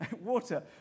Water